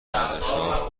پادشاه